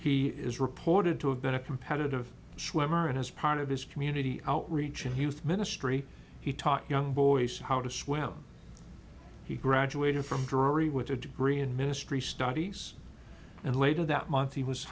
he is reported to have been a competitive swimmer and as part of his community outreach and he was ministry he taught young boys how to swim he graduated from durie with a degree in ministry studies and later that month he was